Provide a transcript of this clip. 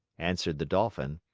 answered the dolphin,